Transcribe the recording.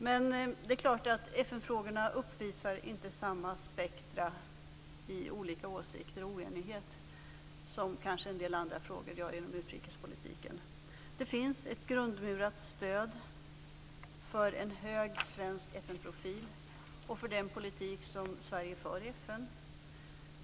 Det är dock klart att FN-frågorna inte uppvisar samma spektrum av olika åsikter och samma oenighet som en del andra frågor kanske gör inom utrikespolitiken. Det finns ett grundmurat stöd för en hög svensk FN-profil och för den politik som Sverige för i FN.